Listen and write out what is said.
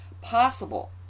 possible